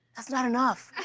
that's not enough.